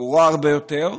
חמורה הרבה יותר,